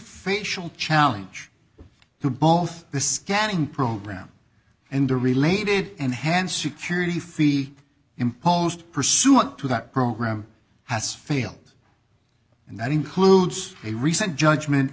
facial challenge to both the scanning program and the related enhanced security fee imposed pursuant to that program has failed and that includes a recent judgment